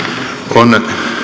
on